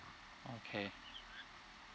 okay